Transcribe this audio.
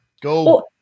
go